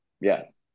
yes